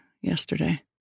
yesterday